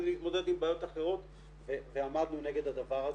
כדי להתמודד עם בעיות אחרות ועמדנו נגד הדבר הזה.